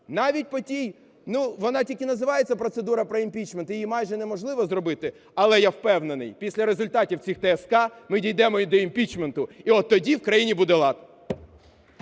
навіть по тій… вона тільки називається "процедура про імпічмент", її майже неможливо зробити. Але я впевнений, після результатів цих ТСК ми дійдемо і до імпічменту, і от тоді в країні буде лад.